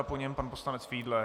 Po něm pan poslanec Fiedler.